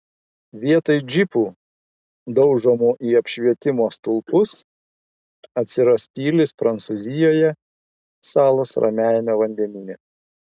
vietoj džipų daužomų į apšvietimo stulpus atsiras pilys prancūzijoje salos ramiajame vandenyne